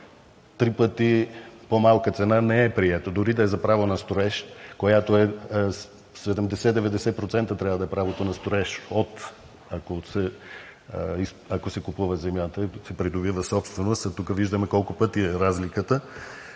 Три пъти по-малка цена не е прието, дори да е за право на строеж, 70 – 90% трябва да е правото на строеж, ако се купува земята, ако се придобива собственост, а тук виждаме колко пъти е разликата.